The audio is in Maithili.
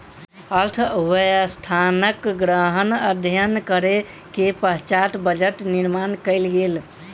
अर्थव्यवस्थाक गहन अध्ययन करै के पश्चात बजट निर्माण कयल गेल